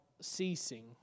ceasing